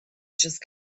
just